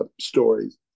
stories